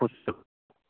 खुश रहू